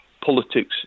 politics